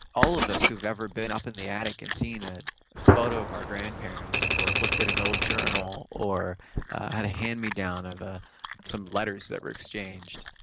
all of us who have ever been up in the attic and seen a photo of our grandparents or looked at an old journal or had a hand-me-down of ah some letters that were exchanged,